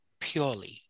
purely